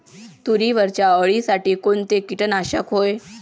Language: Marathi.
तुरीवरच्या अळीसाठी कोनतं कीटकनाशक हाये?